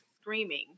screaming